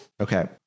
Okay